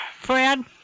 Fred